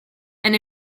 and